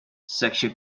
sexual